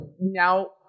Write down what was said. now